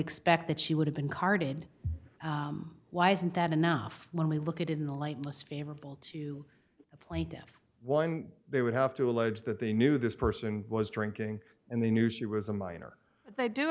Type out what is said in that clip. expect that she would have been carted why isn't that enough when we look at it in the light most favorable to the plaintiffs one they would have to allege that they knew this person was drinking and they knew she was a minor but they do